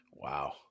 Wow